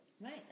Right